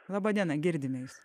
laba diena girdime jus